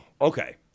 okay